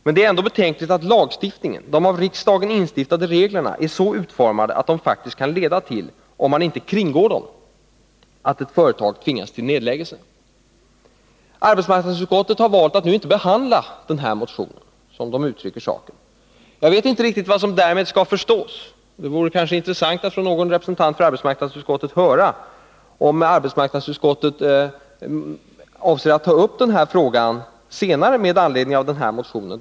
Men det är ändå betänkligt att lagstiftningen, de av riksdagen instiftade reglerna, är så utformade att de faktiskt kan leda till, om man inte kringgår dem, att ett företag tvingas till nedläggelse. Arbetsmarknadsutskottet har valt att inte behandla den här motionen, som utskottet uttrycker saken. Jag vet inte riktigt vad som därmed skall förstås. Det vore intressant att från någon representant för arbetsmarknadsutskottet få höra om arbetsmarknadsutskottet avser att ta upp denna fråga senare med anledning av motionen.